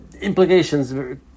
implications